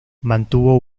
mantuvo